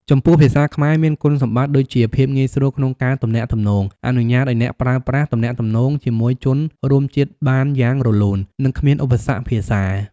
ចំពោះភាសាខ្មែរមានគុណសម្បត្តិដូចជាភាពងាយស្រួលក្នុងការទំនាក់ទំនង អនុញ្ញាតឲ្យអ្នកប្រើប្រាស់ទំនាក់ទំនងជាមួយជនរួមជាតិបានយ៉ាងរលូន និងគ្មានឧបសគ្គភាសា។